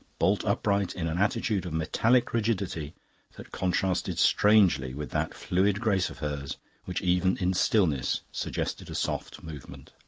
bolt upright in an attitude of metallic rigidity that contrasted strangely with that fluid grace of hers which even in stillness suggested a soft movement.